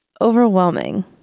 overwhelming